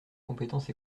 compétence